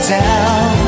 down